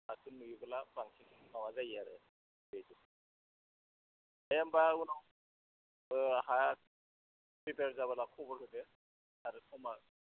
खाथियाव नुयोबोला बांसिन माबा जायो आरो बे दे होमब्ला उनाव हा प्रिपेयार जाबोला खबर होदो थांनाय समाव